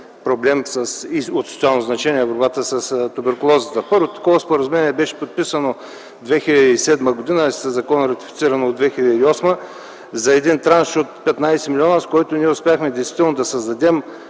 проблем от социално значение – борбата с туберкулозата. Първо такова споразумение беше подписано 2007 г., със закон е ратифицирано през 2008 г., за един транш от 15 милиона, с който ние действително успяхме да създадем